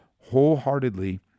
wholeheartedly